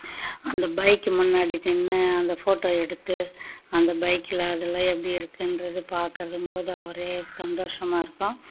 அந்த பைக் முன்னாடி நின்று அந்த ஃபோட்டோ எடுத்து அந்த பைக்கில் அதெல்லாம் எப்படி இருக்குகிறது பார்க்கறதுங்கும்போது ஒரே சந்தோஷமாக இருக்கும்